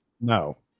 No